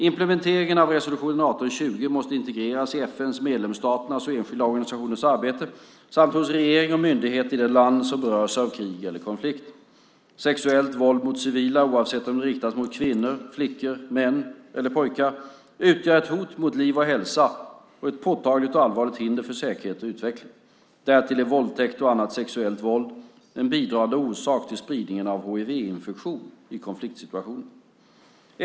Implementeringen av resolution 1820 måste integreras i FN:s, medlemsstaternas och enskilda organisationers arbete samt hos regering och myndigheter i det land som berörs av krig eller konflikt. Sexuellt våld mot civila, oavsett om det riktas mot kvinnor, flickor, män eller pojkar, utgör ett hot mot liv och hälsa och ett påtagligt och allvarligt hinder för säkerhet och utveckling. Därtill är våldtäkter och annat sexuellt våld en bidragande orsak till spridningen av hivinfektion i konfliktsituationer.